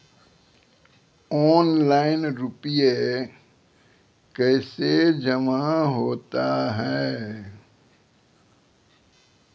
Online रुपये कैसे जमा होता हैं?